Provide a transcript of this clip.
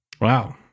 Wow